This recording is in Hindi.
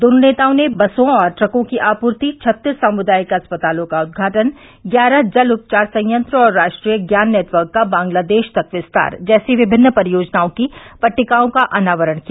दोनों नेताओं ने बसों और ट्रकों की आपूर्ति छत्तीस सामुदायिक अस्पतालों का उदघाटन ग्यारह जल उपचार संयंत्र और राष्ट्रीय ज्ञान नेटवर्क का बंगलादेश तक विस्तार जैसी विभिन्न परियोजनाओं की पट्टिकाओं का अनावरण किया